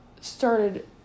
started